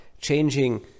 changing